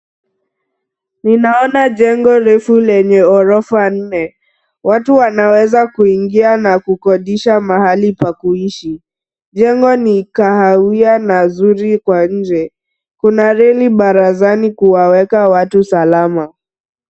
Ninaona jengo refu lenye ghorofa nne. Watu wanaweza kuingia na kukodisha mahali pa kuishi. Jengo ni kahawia na zuri kwa nje. Kuna reli barazani kuwaweka watu salama.